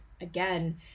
again